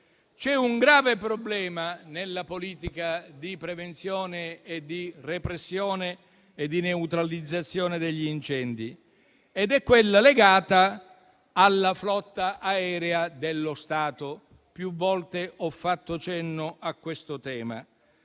C'è un grave problema nella politica di prevenzione, repressione e neutralizzazione degli incendi ed è quello legato alla flotta aerea dello Stato, tema a cui più volte ho fatto cenno. Come